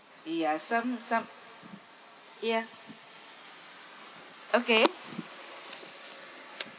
ya some some ya okay